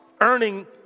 earning